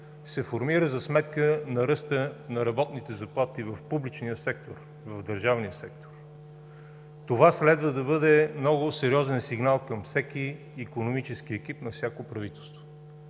се формира за сметка на ръста на работните заплати в публичния сектор, в държавния сектор. Това следва да бъде много сериозен сигнал към всеки икономически екип на всяко правителство.